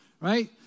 right